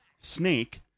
snake